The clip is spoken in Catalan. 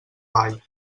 ball